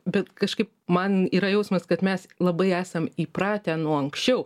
bet kažkaip man yra jausmas kad mes labai esam įpratę nuo anksčiau